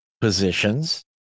positions